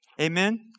Amen